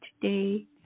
today